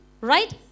right